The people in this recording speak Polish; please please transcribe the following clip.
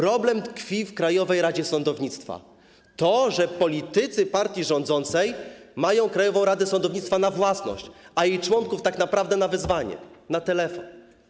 Problem tkwi w Krajowej Radzie Sądownictwa, w tym, że politycy partii rządzącej mają Krajową Radę Sądownictwa na własność, a jej członków tak naprawdę na wezwanie, na telefon.